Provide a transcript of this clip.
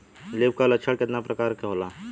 Leaf curl लक्षण केतना परकार के होला?